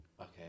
Okay